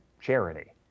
charity